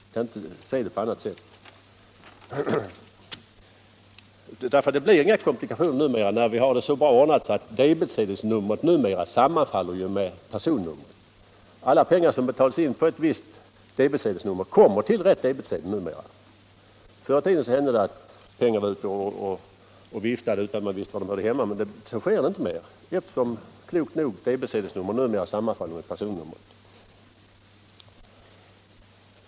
Jag kan inte se det på annat sätt, för det blir inga komplikationer numera, när vi har det så bra ordnat att debetsedelsnumret sammanfaller med personnumret. Alla pengar som betalas in på ett visst debetsedelsnummer kommer numera till rätt debetsedel. Förr i tiden hände det att pengar var ute och fladdrade utan att man visste var de hörde hemma, men det förekommer inte nu. Klokt nog sammanfaller debetsedelns nummer med personnumret.